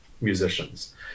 musicians